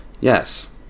Yes